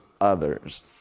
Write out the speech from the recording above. others